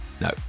no